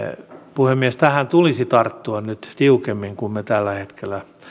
puhemies tähän tulisi tarttua nyt tiukemmin kuin me tällä hetkellä